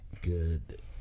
Good